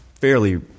fairly